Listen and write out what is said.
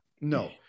no